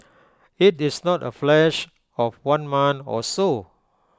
IT is not A flash of one month or so